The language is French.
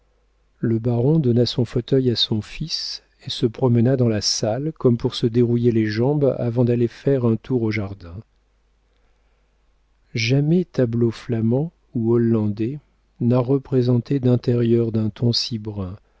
le baron donna son fauteuil à son fils et se promena dans la salle comme pour se dérouiller les jambes avant d'aller faire un tour au jardin jamais tableau flamand ou hollandais n'a représenté d'intérieur d'un ton si brun